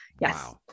yes